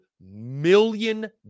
million